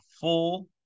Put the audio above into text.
full